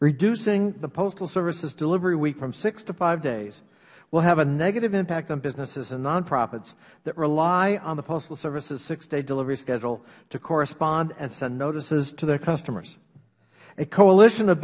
reducing the postal services delivery week from six to five days will have a negative impact on businesses and nonprofits that rely on the postal services six day delivery schedule to correspond and send notices to their customers a coalition of